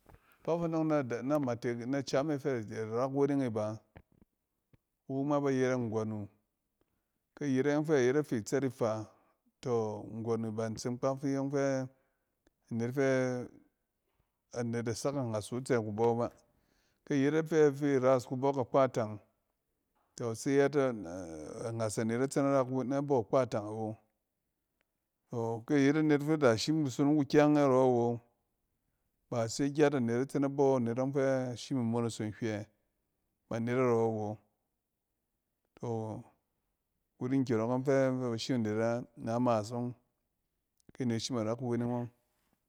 Kpaf anↄng nad-na matek, na cam e fɛ da ra kuweneng e ba. Iwu ma ba yɛrɛ nggↄn wu. Ke yet ayↄng fɛ ayet afi tsɛf ifa, tↄ nggↄn wu ba ntseng kpaf ni nyↄng fɛ anet fɛ-anet da sak angas wu tsɛ kubↄ ba. Ke yet afe-fi ras kubↄk akpatang, tↄ ise yɛɛt anagas anet na tsɛ na ra-na tsɛ na bↄ kpatang awo. Tↄ ke yet anet fɛ da shim kusonong kukyang narↄ wo, ba ise gyat anet na tsɛ na bↄ anet ↄng fɛ a shim imonoso nhywɛ banet arↄ awo. Tↄ, kuri nkyↄrↄk ↄng fɛ ba shim di ra-na mas ↄng kea net shim ara kuweneng ↄng.